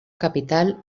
capital